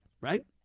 right